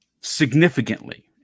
significantly